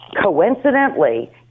coincidentally